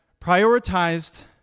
prioritized